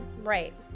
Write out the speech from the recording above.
Right